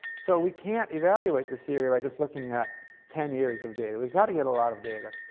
so, we can't evaluate the theory by just looking at ten years of data we've got to get a lot of data.